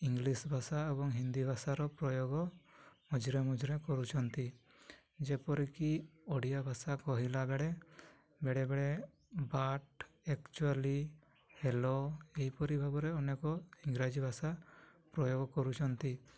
English ଭାଷା ଏବଂ ହିନ୍ଦୀ ଭାଷାର ପ୍ରୟୋଗ ମଝିରେ ମଝିରେ କରୁଛନ୍ତି ଯେପରିକି ଓଡ଼ିଆ ଭାଷା କହିଲା ବେଳେ ବେଳେବେଳେ ବାଟ୍ ଆକ୍ଚୁଆଲି ହ୍ୟାଲୋ ଏହିପରି ଭାବରେ ଅନେକ ଇଂରାଜୀ ଭାଷା ପ୍ରୟୋଗ କରୁଛନ୍ତି